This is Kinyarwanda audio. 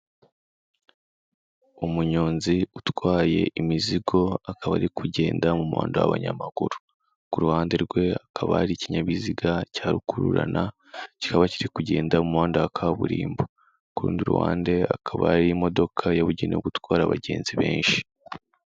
Umunyonzi utwaye imizigo, akaba ari kugenda mu muhanda w'abanyamaguru, ku ruhande rwe hakaba hari ikinyabiziga cya rukururana, kikaba kiri kugenda muhanda wa kaburimbo, ku rundi ruhande hakaba hari imodoka yabugenewe gutwara abagenzi benshi.